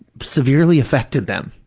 severely affected them,